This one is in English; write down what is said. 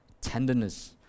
tenderness